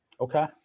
Okay